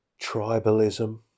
tribalism